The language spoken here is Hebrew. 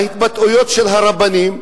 ההתבטאויות של רבנים,